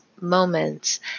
moments